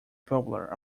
popular